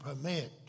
permit